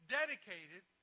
dedicated